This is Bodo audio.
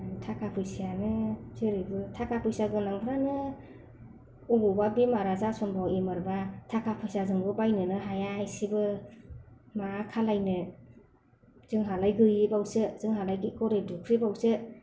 थाखा फैसायानो जेरैबो थाखा फैसा गोनांफ्रानो अबावबा बेमारा जासन मारहैयोबा थाखा फैसाजोंबो बायनोनो हाया इसेबो मा खालायनो जोंहालाय गैयैबावसो जोंहालाय गरिब दुख्रिबावसो